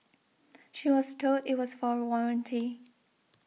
she was told it was for warranty